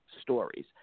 stories